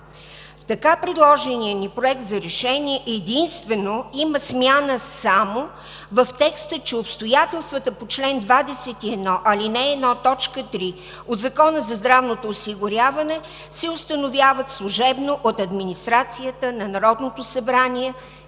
В така предложения ни Проект за решение единствено има смяна само в текста, че обстоятелствата по чл. 21, ал. 1, т. 3 от Закона за здравното осигуряване се установяват служебно от администрацията на Народното събрание